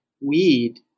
weed